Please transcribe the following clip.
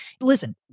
listen